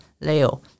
Leo